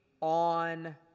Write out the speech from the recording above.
on